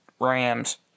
Rams